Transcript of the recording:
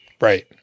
Right